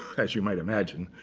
as you might imagine,